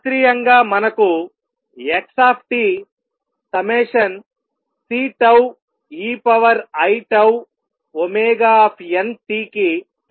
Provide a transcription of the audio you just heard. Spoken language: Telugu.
శాస్త్రీయంగా మనకు x Ceiτωt కి సమానం